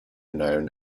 known